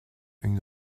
une